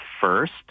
first